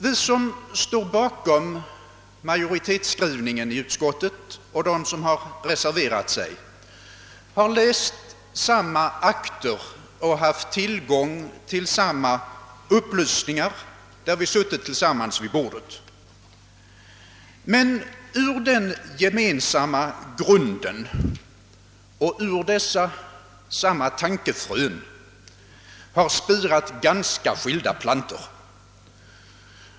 Vi som står bakom majoritetsskrivningen i utskotiet och de som har reserverat sig har läst samma aktstycken och haft. tillgång till samma upplysningar där vi suttit tillsammans vid bordet. Men ur den gemensamma grunden och ur dessa samma tankefrön har spirat ganska olika plantor.